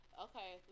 okay